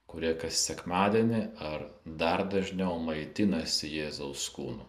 kurie kas sekmadienį ar dar dažniau maitinasi jėzaus kūnu